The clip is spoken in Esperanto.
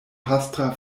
pastra